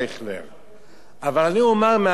אבל אני אומַר מהצד החיובי,